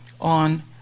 on